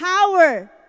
power